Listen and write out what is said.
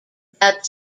that